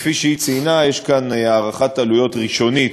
שכפי שהיא ציינה, יש כאן הערכת עלויות ראשונית,